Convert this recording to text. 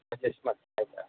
message ಮಾಡ್ತೇನೆ ಆಯಿತಾ